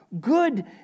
good